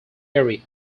area